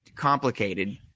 Complicated